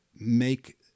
make